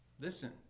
Listen